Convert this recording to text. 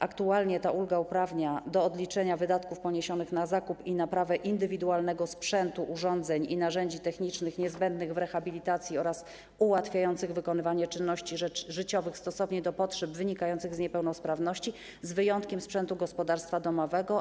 Aktualnie ta ulga uprawnia do odliczenia wydatków poniesionych na zakup i naprawę indywidualnego sprzętu, urządzeń i narzędzi technicznych niezbędnych w rehabilitacji oraz ułatwiających wykonywanie czynności życiowych stosownie do potrzeb wynikających z niepełnosprawności z wyjątkiem sprzętu gospodarstwa domowego.